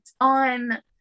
on